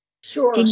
Sure